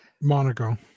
Monaco